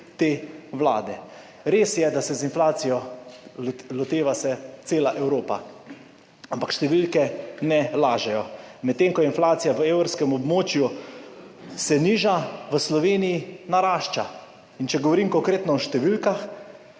te vlade. Res je, da se inflacije loteva cela Evropa, ampak številke ne lažejo. Medtem ko se inflacija v evrskem območju niža, v Sloveniji narašča. In če govorim konkretno o številkah,